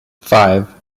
five